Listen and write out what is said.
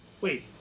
wait